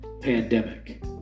pandemic